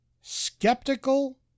Skeptical